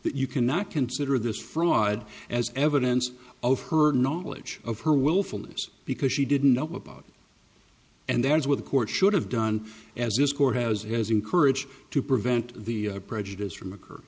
that you cannot consider this fraud as evidence of her knowledge of her willfulness because she didn't know about and there is where the court should have done as this court has as encourage to prevent the prejudice from occur